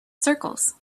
circles